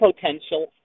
potential